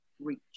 reach